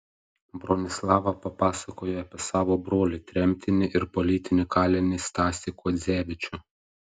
bronislava papasakojo apie savo brolį tremtinį ir politinį kalinį stasį kuodzevičių